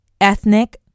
ethnic